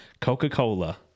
Coca-Cola